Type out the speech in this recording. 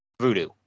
voodoo